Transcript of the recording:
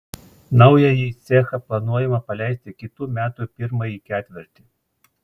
naująjį cechą planuojama paleisti kitų metų pirmąjį ketvirtį